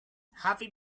happy